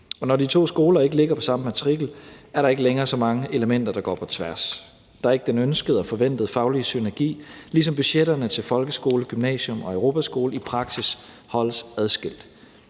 når de to skoler ikke ligger på samme matrikel, er der ikke længere så mange elementer, der går på tværs. Der er ikke den ønskede og forventede faglige synergi, ligesom budgetterne til folkeskole, gymnasium og Europaskole i praksis holdes adskilt.